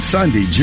Sunday